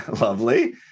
Lovely